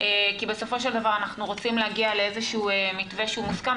כי בסופו של דבר אנחנו רוצים להגיע לאיזה מתווה שהוא מוסכם,